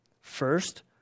First